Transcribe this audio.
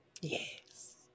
Yes